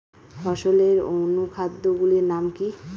ফসলের অনুখাদ্য গুলির নাম কি?